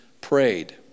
prayed